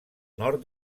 nord